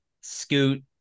Scoot